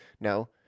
no